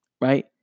right